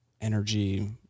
Energy